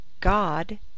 God